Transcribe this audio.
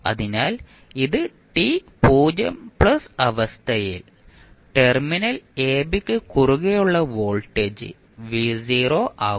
അതിനാൽ ഇത് T 0 plus അവസ്ഥയിൽ ടെർമിനൽ എബിക്ക് കുറുകെയുള്ള വോൾട്ടേജ് v0 ആകും